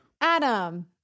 Adam